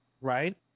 right